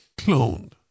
cloned